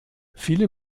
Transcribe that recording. viele